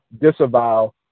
disavow